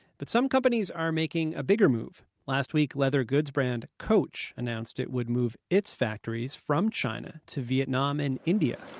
but some companies are making a bigger move. last week, leather goods brand coach announced it would move its factories from china to vietnam and india